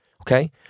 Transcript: Okay